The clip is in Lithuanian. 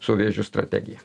su vėžiu strategiją